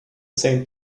same